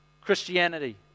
Christianity